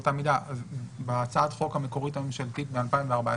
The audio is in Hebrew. באותה מידה בהצעת החוק המקורית הממשלתית מ-2014,